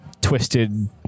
twisted